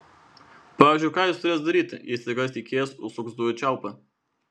pavyzdžiui ką jis turės daryti jei staiga tiekėjas užsuks dujų čiaupą